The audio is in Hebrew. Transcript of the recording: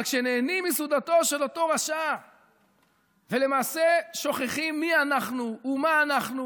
אבל כשנהנים מסעודתו של אותו רשע ולמעשה שוכחים מי אנחנו ומה אנחנו,